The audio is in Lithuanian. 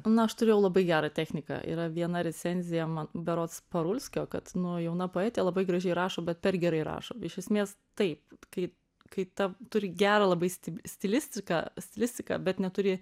na aš turėjau labai gerą techniką yra viena recenzija man berods parulskio kad nu jauna poetė labai gražiai rašo bet per gerai rašo iš esmės taip kaip kai ta turi gerą labai sti stilistika stilistiką bet neturi